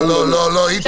לא, לא, לא, לא, איתמר.